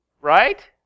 right